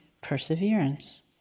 perseverance